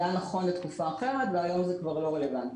זה היה נכון לתקופה אחרת והיום זה כבר לא רלוונטי.